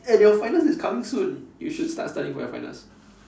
and your finals is coming soon you should start studying for your finals